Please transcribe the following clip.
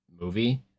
movie